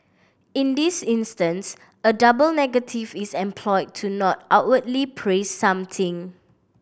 in this instance a double negative is employed to not outwardly praise something